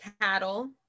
cattle